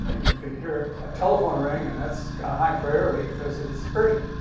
you can hear a telephone ring. and that's got a high priority because it's urgent.